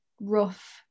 rough